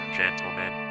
gentlemen